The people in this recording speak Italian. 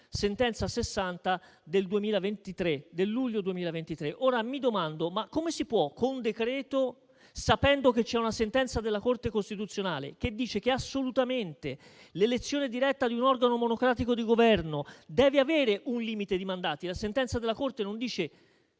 sentenza n. 60 del luglio 2023. Mi domando come si possa intervenire con un decreto-legge in materia sapendo che c'è una sentenza della Corte costituzionale che dice che assolutamente l'elezione diretta di un organo monocratico di governo deve avere un limite di mandati. La sentenza della Corte non dice il